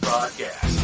Podcast